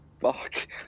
Fuck